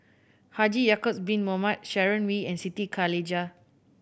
Haji Ya'acob Bin Mohamed Sharon Wee and Siti Khalijah